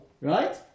Right